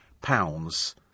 pounds